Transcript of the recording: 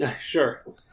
Sure